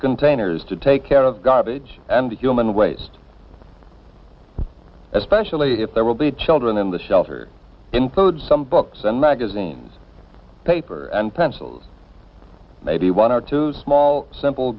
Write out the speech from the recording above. containers to take care of garbage and human waste especially if there will be children in the shelter include some books and magazines paper and pencils maybe one or two small simple